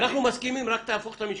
אנחנו מסכימים, רק תהפוך את המשקפיים.